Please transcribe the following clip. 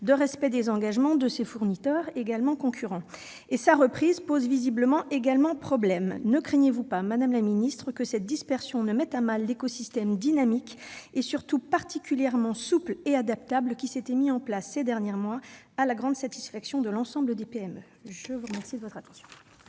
de respect des engagements de ces fournisseurs, également concurrents. Sa reprise semble poser également problème. Ne craignez-vous pas, madame la secrétaire d'État, que cette dispersion ne mette à mal l'écosystème dynamique et surtout particulièrement souple et adaptable qui s'était mis en place ces derniers mois à la grande satisfaction de l'ensemble des PME ? La parole est à M.